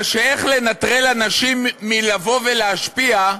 איך לנטרל אנשים מלבוא ולהשפיע,